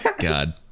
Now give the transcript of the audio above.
god